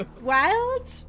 wild